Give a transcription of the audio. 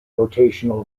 rotational